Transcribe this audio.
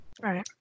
Right